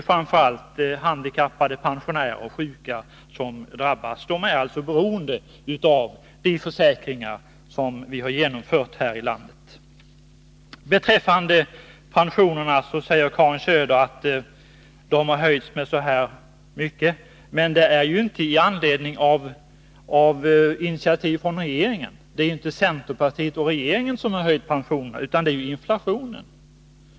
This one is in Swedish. Framför allt drabbas handikappade, pensionärer och sjuka som ju är beroende av de försäkringar som vi har genomfört här i landet. Karin Söder säger att pensionerna har höjts med så och så mycket. Men det är ju inte med anledning av initiativ från regeringen. Det är inte centerpartiet och regeringen som har höjt pensionerna utan det är inflationen.